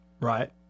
Right